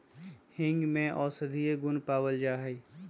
हींग में औषधीय गुण पावल जाहई